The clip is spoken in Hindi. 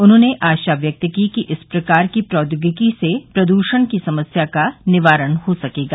उन्होंने आशा व्यक्त की कि इस प्रकार की प्रौद्योगिकी से प्रदूषण की समस्या का निवारण हो सकेगा